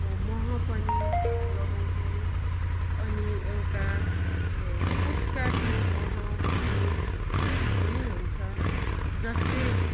मह पनि लगाउँछौँ अनि एउटा पुत्काको मह भन्ने पनि हुन्छ जसले